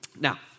Now